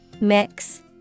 Mix